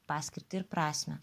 paskirtį ir prasmę